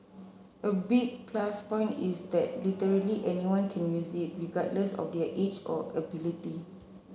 a big plus point is that literally anyone can use it regardless of their age or ability